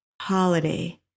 holiday